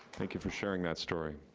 thank you for sharing that story.